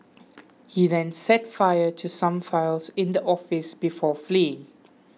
he then set fire to some files in the office before fleeing